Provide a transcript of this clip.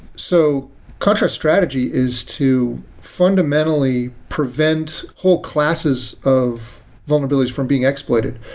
so contrast's strategy is to fundamentally prevent whole classes of vulnerabilities from being exploited.